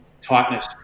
tightness